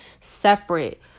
separate